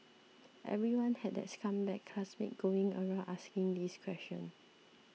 everyone had that scumbag classmate going around asking this question